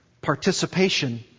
participation